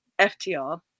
ftr